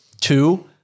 Two